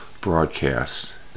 broadcasts